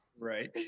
Right